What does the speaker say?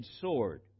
sword